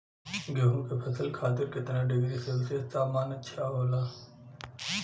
गेहूँ के फसल खातीर कितना डिग्री सेल्सीयस तापमान अच्छा होला?